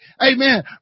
Amen